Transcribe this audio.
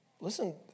Listen